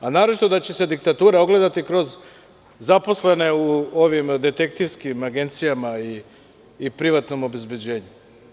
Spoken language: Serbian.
Naročito da će se diktatura ogledati kroz zaposlene u ovim detektivskim agencijama i privatnom obezbeđenju.